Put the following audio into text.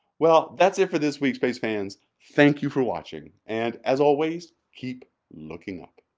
well, that's it for this week space fans. thank you for watching and as always, keep looking up!